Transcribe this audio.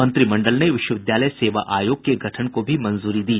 मंत्रिमंडल ने विश्वविद्यालय सेवा आयोग के गठन को भी मंजूरी दी